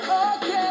okay